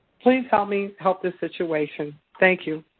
please help me help this situation. thank you.